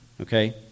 okay